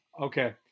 Okay